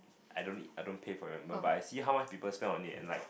I don't eat I don't pay for it remember but I see how much people spend on it and like